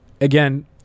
Again